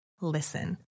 listen